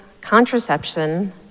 contraception